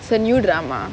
it's a new drama